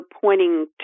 pointing